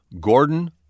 Gordon